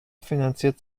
finanziert